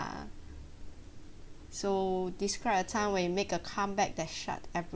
so describe a time when you make a comeback that shut